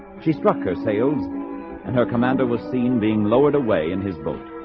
she struck her sails and her commander was seen being lowered away in his boat